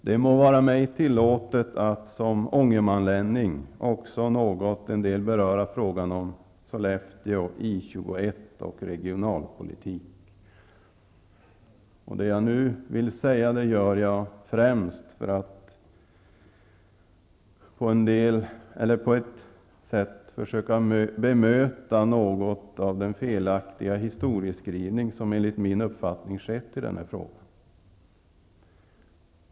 Det må vara mig tillåtet att som ångermanlänning också något beröra frågan om Sollefteå, I 21 och regionalpolitik. Det jag nu säger är främst ett försök att bemöta något av den felaktiga historieskrivning som enligt min uppfattning skett i den frågan.